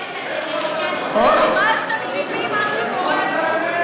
ממש תקדימי, מה שקורה פה.